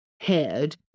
head